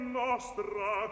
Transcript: nostra